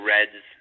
Reds